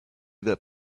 that